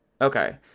okay